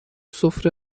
سفره